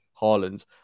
Haaland